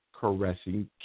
caressing